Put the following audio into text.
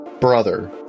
brother